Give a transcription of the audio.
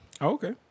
Okay